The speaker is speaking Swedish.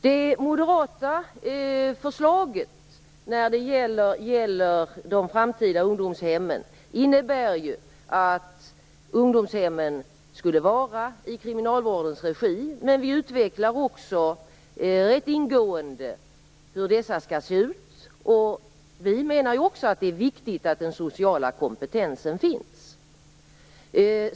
Det moderata förslaget när det gäller de framtida ungdomshemmen innebär ju att ungdomshemmen skall vara i kriminalvårdens regi, men vi utvecklar också rätt ingående hur dessa skall se ut. Vi menar också att det är viktigt att den sociala kompetensen finns.